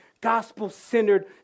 gospel-centered